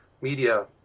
media